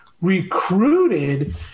recruited